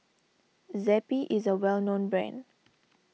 Zappy is a well known brand